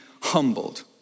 humbled